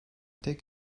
tek